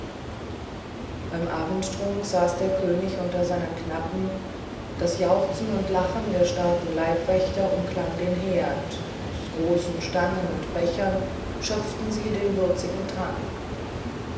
beim abendtrunk saß der könig unter seinen knappen das jauchzen und lachen der starken leibwächter umklang den herd aus großen stangen und bechern schöpften sie den würzigen trank